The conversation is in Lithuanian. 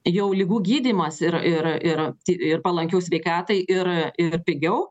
jau ligų gydymas ir ir ir ir palankiau sveikatai ir ir pigiau